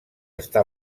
està